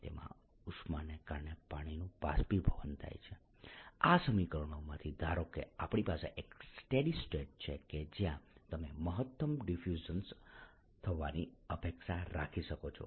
તેમાં ઉષ્માને કારણે પાણીનું બાષ્પીભવન થાય છે આ સમીકરણોમાંથી ધારો કે આપણી પાસે એક સ્ટેડી સ્ટેટ છે કે જ્યાં તમે મહત્તમ ડિફ્યુઝન થવાની અપેક્ષા રાખી શકો છો